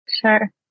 Sure